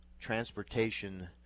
transportation